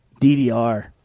DDR